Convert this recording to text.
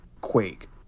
quake